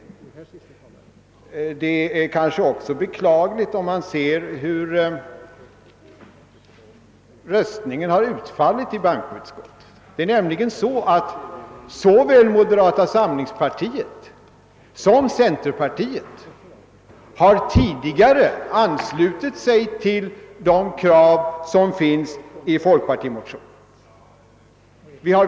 Vi kan ju tänka på hur röstningen utföll i bankoutskottet. " Såväl moderata samlingspartiet som centerpartiet har tidigare anslutit sig till.de kräv som finns i folkpartimotionen.